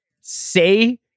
say